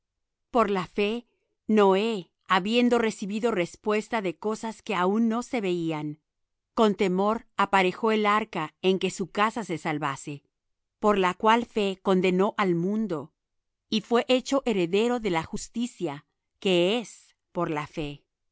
por la fe noé habiendo recibido respuesta de cosas que aun no se veían con temor aparejó el arca en que su casa se salvase por la cual fe condenó al mundo y fué hecho heredero de la justicia que es por la fe